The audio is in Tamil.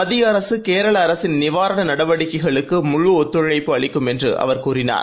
மத்திய அரசு கேரள அரசின் நிவாரண நடவடிக்கைகளுக்கு முழு ஒத்துழைப்பு அளிக்கும் என்று அவர் கூறினார்